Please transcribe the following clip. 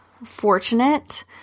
fortunate